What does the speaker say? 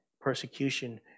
persecution